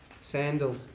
sandals